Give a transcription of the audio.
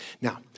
Now